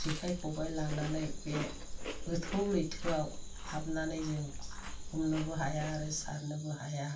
जेखाइ खबाय लानानै बे गोथौ लैथोआव हाबनानै जों हमनोबो हाया आरो सोरनोबो हाया